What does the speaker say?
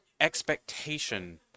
expectation